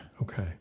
okay